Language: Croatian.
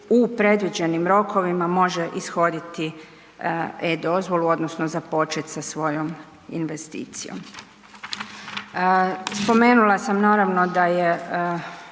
u predviđenim rokovima može ishoditi e-Dozvolu odnosno započeti sa svojom investicijom. Spomenula sam, naravno, da je